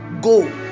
go